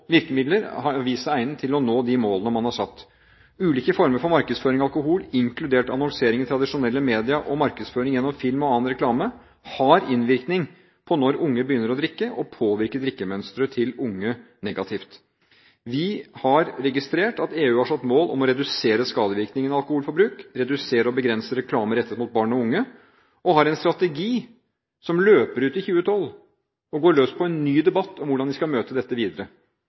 de målene man har satt. Ulike former for markedsføring av alkohol, inkludert annonsering i tradisjonelle media og markedsføring gjennom film og annen reklame, har innvirkning på når unge begynner å drikke, og påvirker drikkemønsteret til unge negativ. Vi har registrert at EU har satt mål om å redusere skadevirkningene av alkoholforbruk, redusere og begrense reklame rettet mot barn og unge, og har en strategi som løper ut i 2012, og går løs på en ny debatt om hvordan de skal møte dette videre.